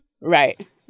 Right